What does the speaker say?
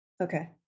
Okay